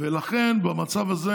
ולכן, במצב הזה